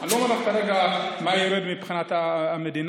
אני לא אומר לך כרגע מה ירד מבחינת המדינה.